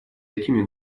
этими